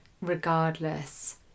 regardless